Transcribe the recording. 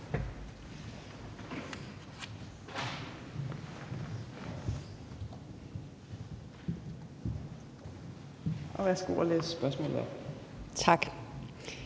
Værsgo at læse spørgsmålet op.